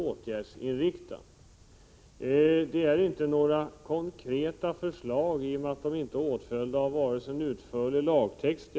Motionerna innehåller inte några konkreta förslag, i och med att de inte är åtföljda av förslag till lagtext.